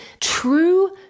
true